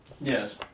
Yes